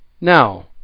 Now